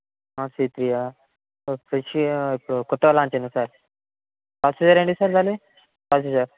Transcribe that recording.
see three O six Jio ఇప్పుడు కొత్తగా launch అయిందా సార్ ప్రాసెసర్ ఏంటి సార్ దానిది ప్రాసెసర్